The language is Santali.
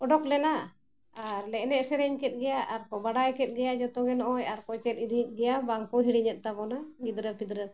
ᱚᱰᱳᱠ ᱞᱮᱱᱟ ᱟᱨ ᱞᱮ ᱮᱱᱮᱡ ᱥᱮᱨᱮᱧ ᱠᱮᱫ ᱜᱮᱭᱟ ᱟᱨ ᱠᱚ ᱵᱟᱰᱟᱭ ᱠᱮᱫ ᱜᱮᱭᱟ ᱡᱚᱛᱚ ᱜᱮ ᱱᱚᱜᱼᱚᱭ ᱟᱨᱠᱚ ᱪᱮᱫ ᱤᱫᱤᱜ ᱜᱮᱭᱟ ᱵᱟᱝ ᱠᱚ ᱦᱤᱲᱤᱧᱮᱫ ᱛᱟᱵᱚᱱᱟ ᱜᱤᱫᱽᱨᱟᱹ ᱯᱤᱫᱽᱨᱟᱹ ᱠᱚ